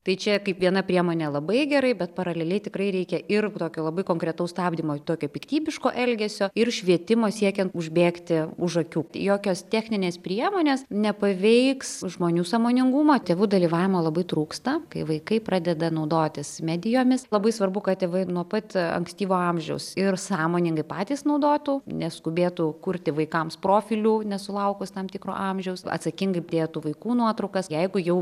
tai čia kaip viena priemonė labai gerai bet paraleliai tikrai reikia ir tokio labai konkretaus stabdymo tokio piktybiško elgesio ir švietimo siekiant užbėgti už akių jokios techninės priemonės nepaveiks žmonių sąmoningumo tėvų dalyvavimo labai trūksta kai vaikai pradeda naudotis medijomis labai svarbu kad tėvai nuo pat ankstyvo amžiaus ir sąmoningai patys naudotų neskubėtų kurti vaikams profilių nesulaukus tam tikro amžiaus atsakingai dėtų vaikų nuotraukas jeigu jau